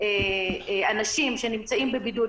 של אנשים שנמצאים בבידוד,